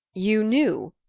you knew?